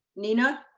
nina.